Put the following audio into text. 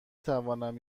تونم